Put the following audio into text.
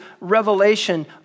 revelation